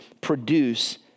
produce